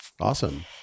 awesome